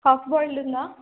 కక్ పడలుంద